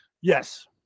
Yes